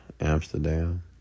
Amsterdam